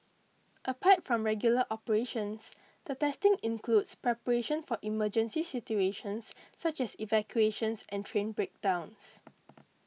apart from regular operations the testing includes preparation for emergency situations such as evacuations and train breakdowns